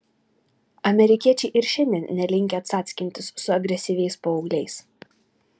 amerikiečiai ir šiandien nelinkę cackintis su agresyviais paaugliais